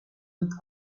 with